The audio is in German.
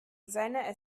seine